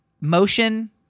motion